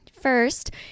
First